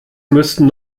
müssten